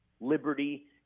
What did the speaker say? liberty